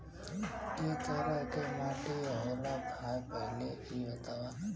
कै तरह के माटी होला भाय पहिले इ बतावा?